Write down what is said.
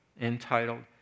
entitled